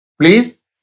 Please